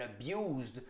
abused